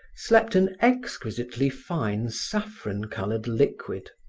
slept an exquisitely fine saffron-colored liquid.